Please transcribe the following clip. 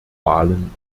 wahlen